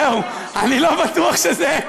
זה עוד לא קרה.